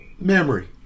memory